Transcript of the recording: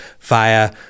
via